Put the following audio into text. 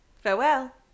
Farewell